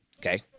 okay